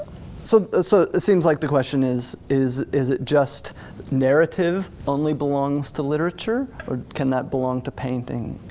so ah so it seems like the question is, is is it just narrative only belongs to literature, or can that belong to painting